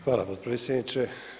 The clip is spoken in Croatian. Hvala potpredsjedniče.